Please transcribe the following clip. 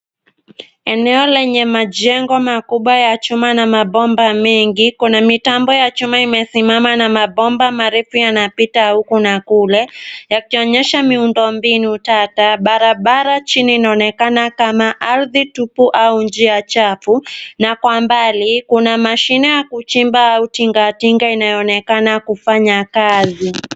Eneo lenye majengo makubwa ya chuma na mabomba mengi. Kuna mitambo ya chuma imesimama na mabomba marefu yanapita au kuna kule yakionyesha miundo mbinu tata. Barabara chini inaonekana kama ardhi tupu au njia chafu na kwa mbali kuna mashine ya kuchimba au tinga tinga inayoonekana kufanya kazi.